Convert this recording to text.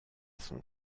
son